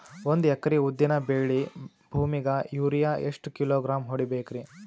ಒಂದ್ ಎಕರಿ ಉದ್ದಿನ ಬೇಳಿ ಭೂಮಿಗ ಯೋರಿಯ ಎಷ್ಟ ಕಿಲೋಗ್ರಾಂ ಹೊಡೀಬೇಕ್ರಿ?